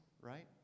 right